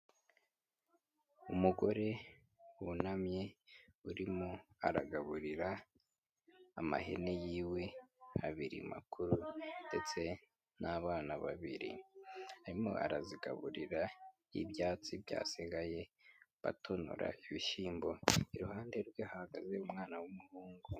Umugore wunamye urimo aragaburira amahene y'iwe abiri makuru, ndetse n'abana babiri, arimo arazigaburira ibyatsi byasigaye batonora ibishyimbo, iruhande rwe hahagaze umwana w'umuhungu.